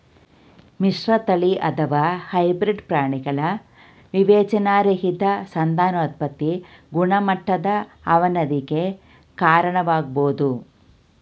ಮಿಶ್ರತಳಿ ಅಥವಾ ಹೈಬ್ರಿಡ್ ಪ್ರಾಣಿಗಳ ವಿವೇಚನಾರಹಿತ ಸಂತಾನೋತ್ಪತಿ ಗುಣಮಟ್ಟದ ಅವನತಿಗೆ ಕಾರಣವಾಗ್ಬೋದು